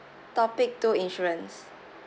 topic two insurance